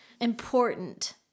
important